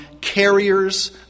carriers